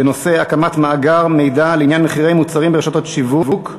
בנושא הקמת מאגר מידע לעניין מחירי מוצרים ברשתות שיווק.